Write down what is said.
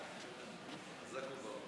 יש את ועדת הכספים,